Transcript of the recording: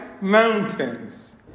mountains